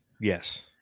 Yes